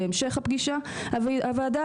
בהמשך הוועדה,